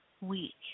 week